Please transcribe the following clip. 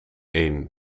een